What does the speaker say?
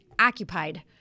occupied